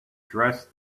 dressed